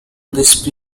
these